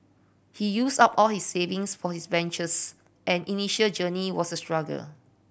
he used up all his savings for his ventures and initial journey was a struggle